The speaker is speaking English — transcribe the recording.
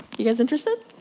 you guys interested?